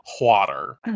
water